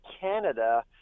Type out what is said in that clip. Canada